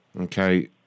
Okay